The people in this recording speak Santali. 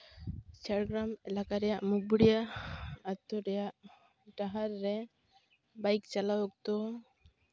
ᱡᱷᱟᱲᱜᱨᱟᱢ ᱮᱞᱟᱠᱟ ᱨᱮᱭᱟᱜ ᱢᱩᱠ ᱵᱮᱲᱤᱭᱟ ᱟᱹᱛᱩ ᱨᱮᱭᱟᱜ ᱰᱟᱦᱟᱨ ᱨᱮ ᱵᱟᱹᱭᱤᱠ ᱪᱟᱞᱟᱣ ᱚᱠᱛᱚ